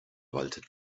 walten